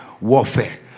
Warfare